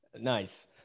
Nice